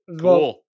Cool